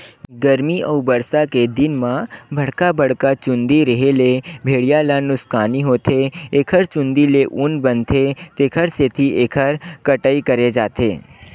गरमी अउ बरसा के दिन म बड़का बड़का चूंदी रेहे ले भेड़िया ल नुकसानी होथे एखर चूंदी ले ऊन बनथे तेखर सेती एखर कटई करे जाथे